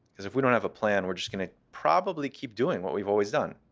because if we don't have a plan, we're just going to probably keep doing what we've always done,